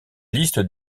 liste